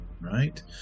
right